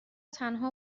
تنها